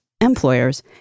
Employers